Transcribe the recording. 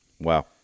Wow